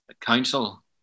council